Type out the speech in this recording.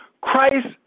Christ